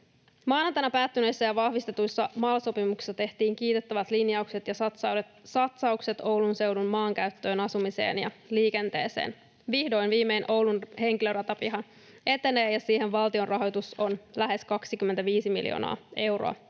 Maanantaina vahvistetuissa MAL-sopimuksissa tehtiin kiitettävät linjaukset ja satsaukset Oulun seudun maankäyttöön, asumiseen ja liikenteeseen. Vihdoin viimein Oulun henkilöratapiha etenee, ja siihen valtion rahoitus on lähes 25 miljoonaa euroa.